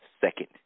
second